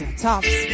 tops